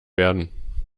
werden